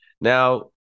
Now